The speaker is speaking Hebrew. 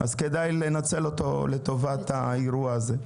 כדאי לנצל אותו לטובת האירוע הזה.